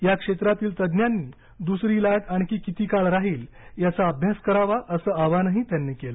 या क्षेत्रातील तज्ज्ञांनी दुसरी लाट आणखी किती काळ राहील याचा अभ्यास करावा असं आवाहनही त्यांनी केलं